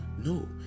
no